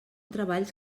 treballs